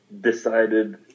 decided